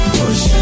push